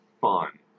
fun